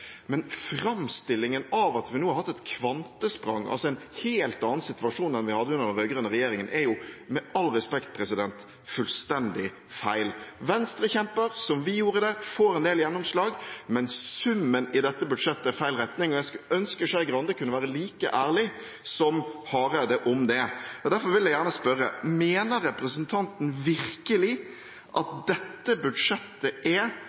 Men framstillingen av at vi nå har tatt et kvantesprang, og altså har en helt annen situasjon enn vi hadde under den rød-grønne regjeringen, er med all respekt fullstendig feil. Venstre kjemper, som vi gjorde det, og får en del gjennomslag, men summen i dette budsjettet er i feil retning. Jeg skulle ønske Skei Grande kunne være like ærlig som Hareide om det. Derfor vil jeg gjerne spørre: Mener representanten virkelig at dette budsjettet er